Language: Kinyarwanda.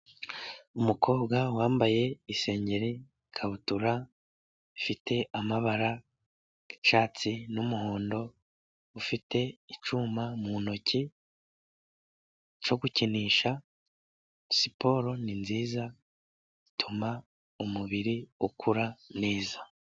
Umukobwa wambaye isengeri, ikabutura ifite amabara y'icyatsi n'umuhondo, ufite icyuma mu ntoki cyo gukinisha, siporo ni nziza ituma umubiri ukura neza.